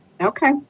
Okay